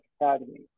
Academy